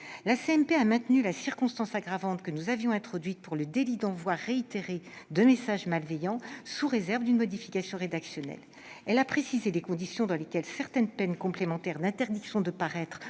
a maintenu la circonstance aggravante que nous avions introduite pour le délit d'envoi réitéré de messages malveillants, sous réserve d'une modification rédactionnelle. Elle a précisé les conditions dans lesquelles certaines peines complémentaires d'interdiction de paraître